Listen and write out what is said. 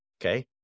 okay